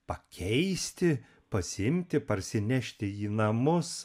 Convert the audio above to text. pakeisti pasiimti parsinešti į namus